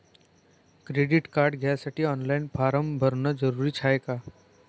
Credit card घ्यासाठी online form भरन जरुरीच हाय का?